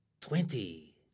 Twenty